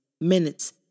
minutes